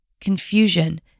confusion